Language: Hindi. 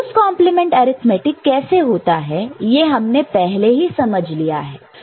2's complement arithmetic 2's complement arithmetic कैसे होता है यह हमने पहले ही समझ लिया है